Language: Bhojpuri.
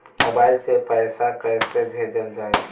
मोबाइल से पैसा कैसे भेजल जाइ?